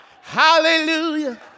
Hallelujah